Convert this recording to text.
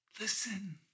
listen